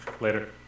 Later